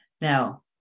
Now